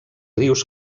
rius